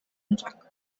olacak